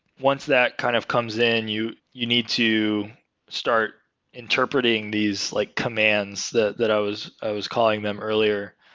once that kind of comes in, you you need to start interpreting these like commands that that i was i was calling them earlier.